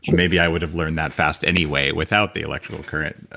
maybe i would've learned that fast anyway without the electrical current,